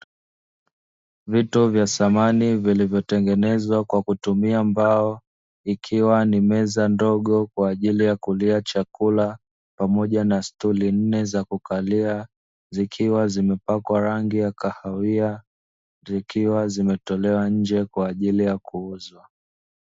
Vitu vya samani vilivyotengenezwa kwa kutumia mbao, ikiwa ni meza ndogo kwa ajili ya kulia chakula, pamoja na stuli nne za kukalia, zikiwa zimepakwa rangi ya kahawia, zikiwa zimetolewa nje kwajili ya kuuzwa.